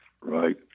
Right